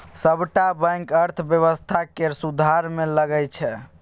सबटा बैंक अर्थव्यवस्था केर सुधार मे लगल छै